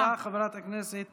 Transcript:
תודה, חברת הכנסת